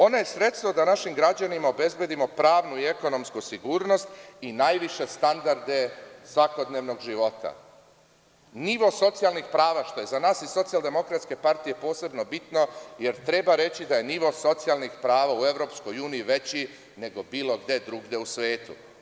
Ona je sredstvo da našim građanima obezbedimo pravnu i ekonomsku sigurnosti i najviše standarde svakodnevnog živote, nivo socijalnih prava, što je za nas u SDPS posebno bitno, jer treba reći da je nivo socijalnih prava u EU veći nego bilo gde u svetu.